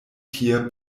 tie